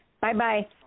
Bye-bye